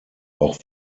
auch